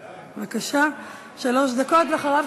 ודאי.